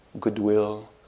Goodwill